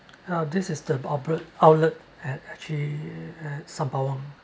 uh this is the bro~ outlet at actually at Sembawang